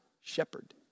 shepherd